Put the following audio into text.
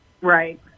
Right